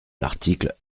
l’article